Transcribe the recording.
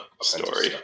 story